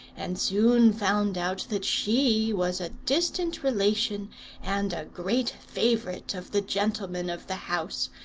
and soon found out that she was a distant relation and a great favourite of the gentleman of the house,